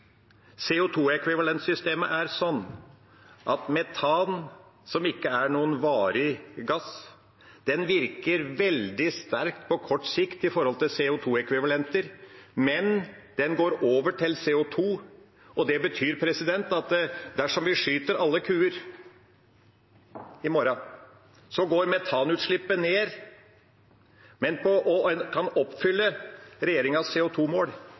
er sånn at metan som ikke er noen varig gass, virker veldig sterkt på kort sikt med hensyn til CO 2 -ekvivalenter, men den går over til CO 2 . Det betyr at dersom vi skyter alle kuer i morgen, går metanutslippet ned, og en kan oppfylle regjeringas